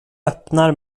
öppnar